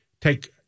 take